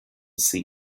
see